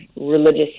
religious